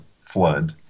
Flood